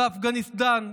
באפגניסטן,